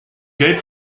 gate